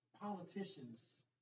Politicians